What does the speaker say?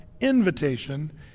invitation